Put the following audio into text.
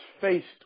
faced